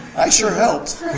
i sure helped!